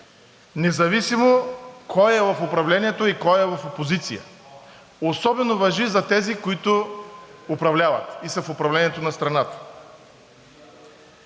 независимо кой е в управлението и кой е в опозиция, особено важи за тези, които управляват и са в управлението на страната.